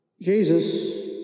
Jesus